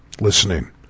listening